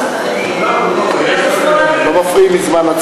של קבוצת סיעת חד"ש, קבוצת סיעת מרצ